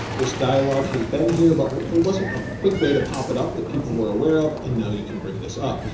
this dialogue has been here, but there wasn't a quick way to pop it up that people were aware of. and now you can bring this up.